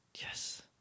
Yes